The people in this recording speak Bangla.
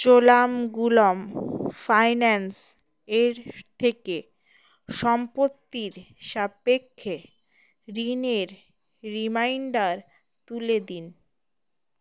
চোলামাঙ্গালাম ফাইন্যান্সের থেকে সম্পত্তির সাপেক্ষে ঋণের রিমাইন্ডার তুলে দিন